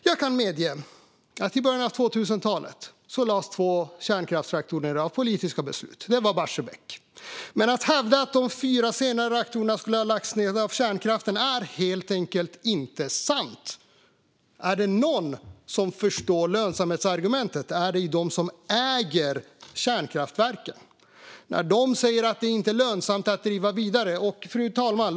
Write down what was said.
Jag kan medge att i början av 2000-talet lades två kärnreaktorer ned efter politiska beslut. Det var Barsebäck. Men att de fyra senare reaktorerna skulle ha lagts ned av politiken är helt enkelt inte sant. Är det några som förstår lönsamhetsargumentet är det de som äger kärnkraftverken. De säger att det inte är lönsamt att driva vidare. Fru talman!